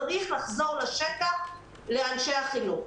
הדיון צריך לחזור לשטח לאנשי החינוך.